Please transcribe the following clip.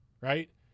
right